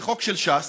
זה חוק של ש"ס,